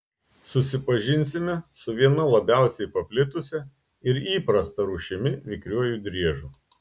susipažinsime su viena labiausiai paplitusia ir įprasta rūšimi vikriuoju driežu